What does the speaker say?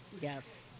Yes